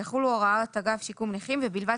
יחולו הוראות אגף שיקום נכים ובלבד